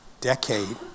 decade